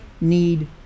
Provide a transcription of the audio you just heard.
need